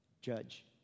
judge